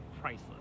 priceless